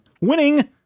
winning